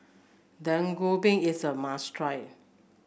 Dak Galbi is a must try